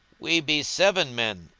we be seven men,